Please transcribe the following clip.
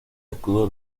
escudo